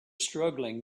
struggling